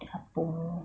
ya